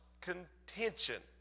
contention